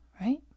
Right